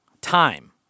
time